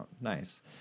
Nice